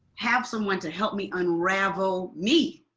have someone to help me unravel me,